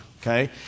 Okay